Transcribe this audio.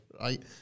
right